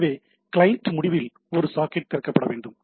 எனவே கிளையன்ட் முடிவில் ஒரு சாக்கெட் திறக்கப்பட வேண்டும்